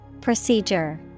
Procedure